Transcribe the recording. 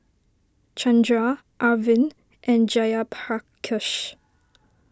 Chandra Arvind and Jayaprakash